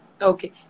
okay